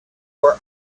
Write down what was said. were